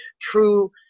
true